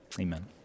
Amen